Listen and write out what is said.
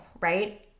right